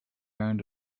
going